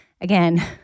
Again